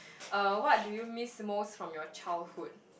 uh what do you miss most from your childhood